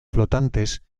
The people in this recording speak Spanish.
flotantes